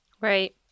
right